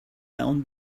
down